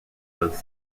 was